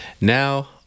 Now